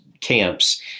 camps